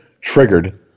triggered